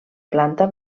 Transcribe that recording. planta